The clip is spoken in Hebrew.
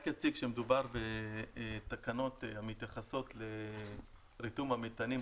אני רק אציג שמדובר בתקנות המתייחסות לריתום המטענים,